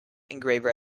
engraver